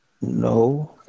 No